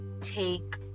take